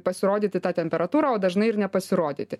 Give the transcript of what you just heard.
pasirodyti ta temperatūra o dažnai ir nepasirodyti